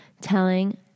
telling